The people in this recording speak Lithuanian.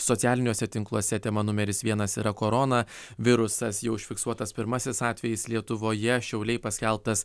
socialiniuose tinkluose tema numeris vienas yra koronavirusas jau užfiksuotas pirmasis atvejis lietuvoje šiauliai paskelbtas